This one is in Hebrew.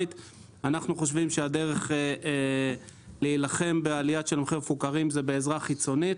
חושבים שהדרך להילחם בעלייה של המחירים המפוקחים היא בעזרה חיצונית.